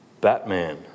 Batman